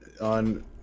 on